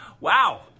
wow